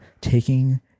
taking